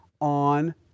on